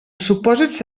supòsits